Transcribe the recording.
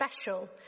special